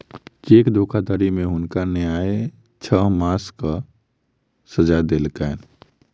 cheque धोखाधड़ी में हुनका न्यायलय छह मासक सजा देलकैन